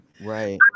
right